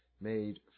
made